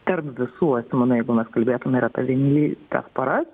tarp visų asmenų jeigu mes kalbėtume ir apie vienlytes poras